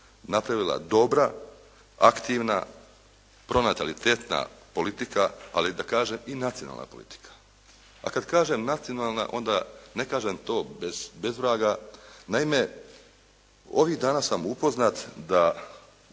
napravila dobra aktivna pronatalitetna politika, ali da kažem i nacionalna politika. A kada kažem nacionalna, onda ne kažem to bez vraga. Naime, ovim dana sam upoznat da